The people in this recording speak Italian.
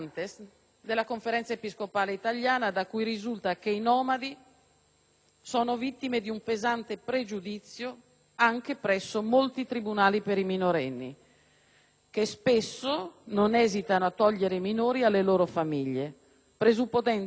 sono vittime di un pesante pregiudizio anche presso molti tribunali per i minorenni, che spesso non esitano a togliere i minori alle loro famiglie, presupponendo maltrattamenti o cattivo esercizio della potestà genitoriale,